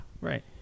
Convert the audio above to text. Right